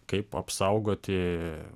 kaip apsaugoti